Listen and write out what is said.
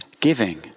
giving